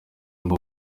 ngo